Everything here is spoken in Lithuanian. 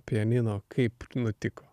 pianino kaip nutiko